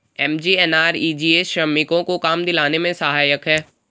MGNREGA श्रमिकों को काम दिलाने में सहायक है